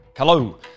Hello